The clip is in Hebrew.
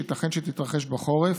שייתכן שתתרחש בחורף,